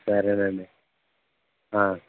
సరే నండి